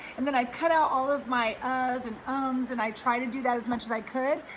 and then i cut out all of my uhs and ums, and i try to do that as much as i could,